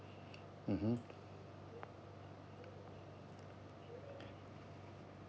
mmhmm